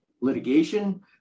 litigation